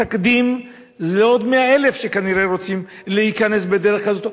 זה תקדים לעוד 100,000 שכנראה רוצים להיכנס בדרך הזאת.